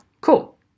Cool